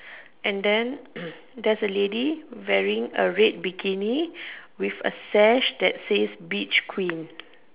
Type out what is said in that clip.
and then there's a lady wearing a red bikini with a sash that says beach queen